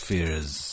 Fears